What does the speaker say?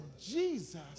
Jesus